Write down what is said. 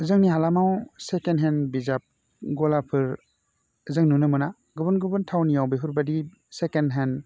जोंनि हालामाव second hand बिजाब गलाफोर जों नुनो मोना गुबुन गुबुन थावनियाव बेफोरबादि सेकेण्ड हेण्ड